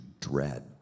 dread